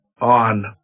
on